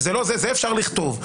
את זה אפשר לכתוב.